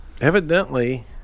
evidently